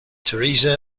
teresa